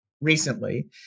recently